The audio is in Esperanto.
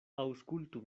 aŭskultu